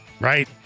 Right